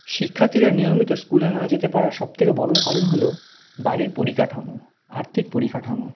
শিক্ষার্থীরা নিয়মিত স্কুলে না যেতে পারার সব থেকে বড়ো কারণ হলো বাড়ির পরিকাঠামো আর্থিক পরিকাঠামো